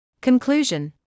Conclusion